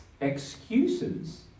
excuses